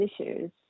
issues